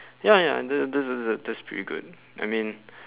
ya ya and that that's that's that's that's that's pretty good I mean